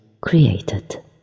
created